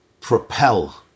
propel